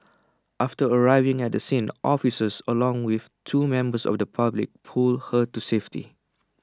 after arriving at the scene officers along with two members of the public pulled her to safety